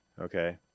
Okay